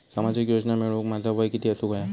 सामाजिक योजना मिळवूक माझा वय किती असूक व्हया?